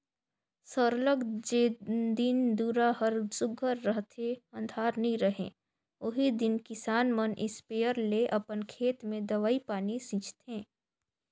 सरलग जेन दिन दुरा हर सुग्घर रहथे अंधार नी रहें ओही दिन किसान मन इस्पेयर ले अपन खेत में दवई पानी छींचथें